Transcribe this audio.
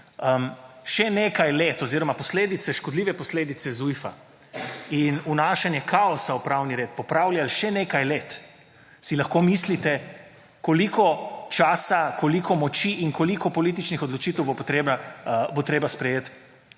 še nekaj let oziroma posledice, škodljive posledice ZUJF in vnašanje kaosa v pravni red popravljali še nekaj let, si lahko mislite koliko časa, koliko moči in koliko političnih odločitev bo treba sprejeti,